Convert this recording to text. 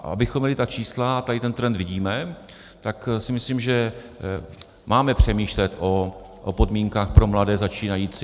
Abychom měli ta čísla, a tady ten trend vidíme, tak si myslím, že máme přemýšlet o podmínkách pro mladé začínající.